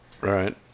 Right